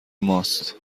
ماست